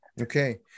Okay